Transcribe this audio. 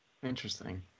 Interesting